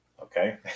okay